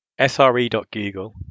SRE.Google